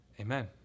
Amen